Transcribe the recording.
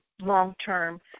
long-term